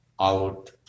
out